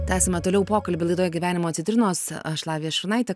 tęsiame toliau pokalbį laidoje gyvenimo citrinos aš lavija šunaitė